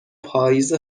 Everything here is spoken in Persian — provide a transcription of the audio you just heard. پاییز